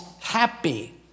happy